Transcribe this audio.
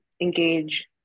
engage